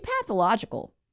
pathological